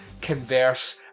converse